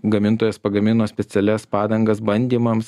gamintojas pagamino specialias padangas bandymams